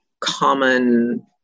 common